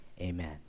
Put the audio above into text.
amen